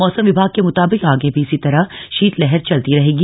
मौसम विभाग के मुताबिक आगे भी इसी तरह शीतलहर चलती रहेगी